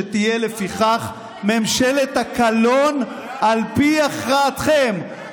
שתהיה לפיכך ממשלת הקלון על פי הכרעתכם,